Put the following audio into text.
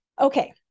Okay